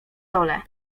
dole